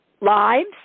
lives